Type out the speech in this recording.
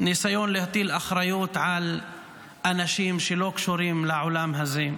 וניסיון להטיל אחריות על אנשים שלא קשורים לעולם הזה.